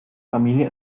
familie